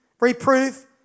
reproof